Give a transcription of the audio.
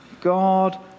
God